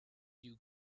you